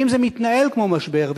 ואם זה מתנהל כמו משבר,